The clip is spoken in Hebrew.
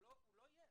הוא לא יהיה.